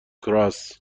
کراس